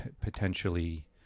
potentially